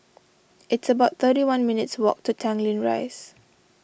it's about thirty one minutes' walk to Tanglin Rise